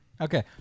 Okay